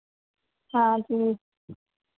हाँ जी